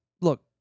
Look